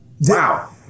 Wow